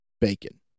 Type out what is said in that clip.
bacon